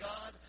God